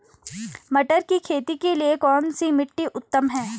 मटर की खेती के लिए कौन सी मिट्टी उत्तम है?